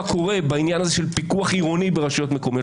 קורה בעניין הזה של פיקוח עירוני ברשויות המקומיות.